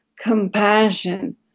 compassion